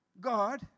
God